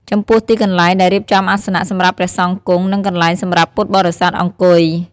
ចំពោះទីកន្លែងដែលរៀបចំអាសនៈសម្រាប់ព្រះសង្ឃគង់ និងកន្លែងសម្រាប់ពុទ្ធបរិស័ទអង្គុយ។